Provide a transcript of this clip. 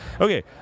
Okay